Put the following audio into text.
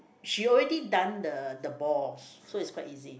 she already done the the ball so it's quite easy